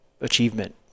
achievement